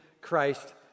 Christ